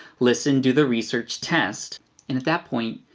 listen, do the research, test and at that point,